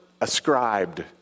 ascribed